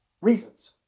reasons